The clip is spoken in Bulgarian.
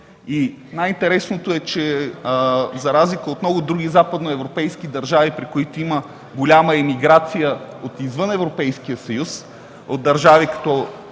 Най-интересното е, че за разлика от много други западноевропейски държави, при които има голяма имиграция извън Европейския съюз – от африкански